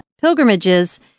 pilgrimages